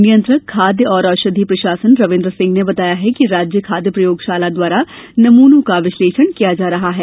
नियंत्रक खाद्य एवं औषधि प्रशासन रविन्द्र सिंह ने बताया कि राज्य खाद्य प्रयोगशाला द्वारा नमूनों का विश्लेषण किया जा रहा है